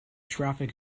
traffic